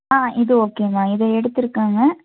ஆ இது ஓகேங்க இதை எடுத்திருக்கேங்க